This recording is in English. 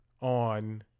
on